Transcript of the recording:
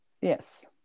Yes